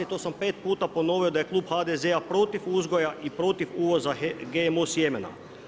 To sam pet puta ponovio da je klub HDZ-a protiv uzgoja i protiv uvoza GMO sjemena.